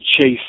chase